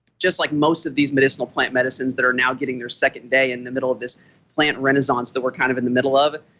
just like most of these medicinal plant medicines that are now getting their second day in the middle of this plant renaissance that we're kind of in the middle of,